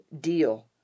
deal